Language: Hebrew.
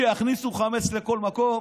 שיכניסו חמץ לכל מקום,